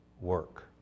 work